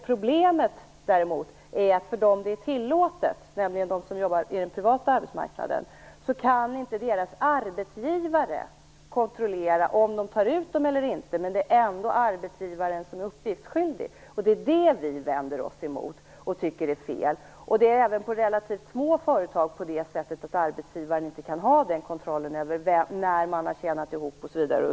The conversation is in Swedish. Problemet är det däremot för dem det är tillåtet, nämligen de som jobbar inom det privata, så till vida att deras arbetsgivare inte kan kontrollera om de tar ut dem eller inte, men det är ändå arbetsgivaren som är uppgiftsskyldig. Det är det vi vänder oss emot och tycker är fel. Det är även i relativt små företag så att arbetsgivaren inte kan ha kontrollen över när man har tjänat ihop det osv.